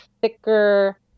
thicker